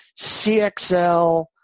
CXL